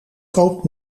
koopt